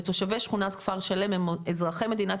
ותושבי שכונת כפר שלם הם אזרחי מדינת